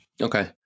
Okay